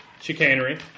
Chicanery